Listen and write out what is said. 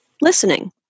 listening